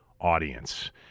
audience